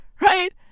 right